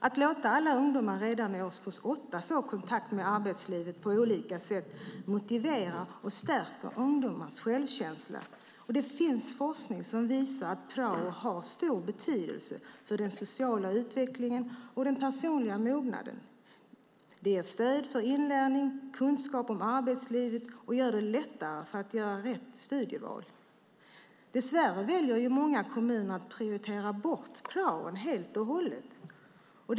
Att låta alla ungdomar redan i årskurs 8 få kontakt med arbetslivet på olika sätt motiverar och stärker ungdomarnas självkänsla. Det finns forskning som visar att prao har stor betydelse för den sociala utvecklingen och den personliga mognaden. Det ger stöd för inlärning och kunskap om arbetslivet och gör det lättare att göra rätt studieval. Dess värre väljer många kommuner att prioritera bort praon helt och hållet.